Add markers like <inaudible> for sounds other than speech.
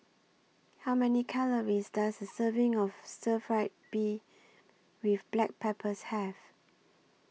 How Many Calories Does A Serving of Stir Fried Beef with Black Pepper <unintelligible> Have